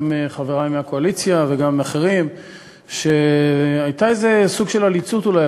גם מחברי מהקואליציה וגם מאחרים שהיה איזה סוג של עליצות אולי,